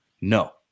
No